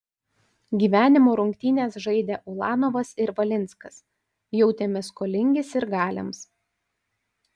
gyvenimo rungtynes žaidę ulanovas ir valinskas jautėmės skolingi sirgaliams